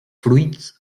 fruits